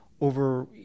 over